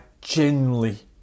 genuinely